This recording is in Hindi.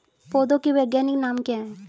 पौधों के वैज्ञानिक नाम क्या हैं?